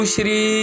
Shri